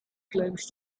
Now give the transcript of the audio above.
claims